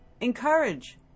encourage